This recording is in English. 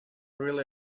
really